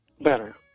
better